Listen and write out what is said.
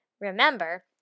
Remember